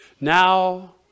Now